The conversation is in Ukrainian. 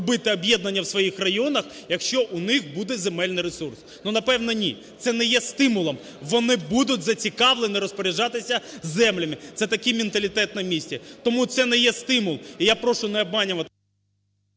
робити об'єднання в своїх районах, якщо у них буде земельний ресурс? Ну, напевно, ні. Це не є стимулом. Вони будуть зацікавлені розпоряджатися землями. Це такий менталітет на місці. Тому це не є стимул. І я прошу не обманювати…